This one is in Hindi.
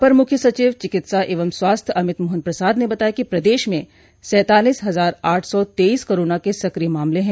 अपर मुख्य सचिव चिकित्सा एवं स्वास्थ्य अमित मोहन प्रसाद ने बताया कि प्रदेश में सैंतालीस हजार आठ सौ तेईस कोरोना के सक्रिय मामले हैं